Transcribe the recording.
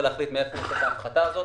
ולהחליט מאיפה הוא יעשה את ההפחתה הזאת.